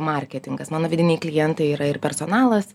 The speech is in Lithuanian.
marketingas mano vidiniai klientai yra ir personalas